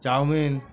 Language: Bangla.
চাউমিন